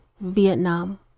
Vietnam